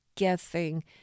guessing